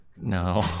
No